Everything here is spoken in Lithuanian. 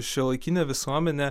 šiuolaikinė visuomenė